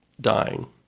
dying